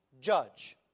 judge